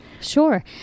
Sure